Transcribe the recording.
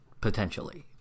potentially